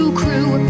crew